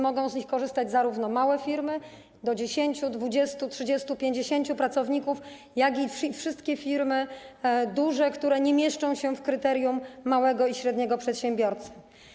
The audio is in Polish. Mogą z nich korzystać zarówno małe firmy - do 10, 20, 30, 50 pracowników - jak i wszystkie firmy duże, które nie mieszczą się w kryterium małego i średniego przedsiębiorcy.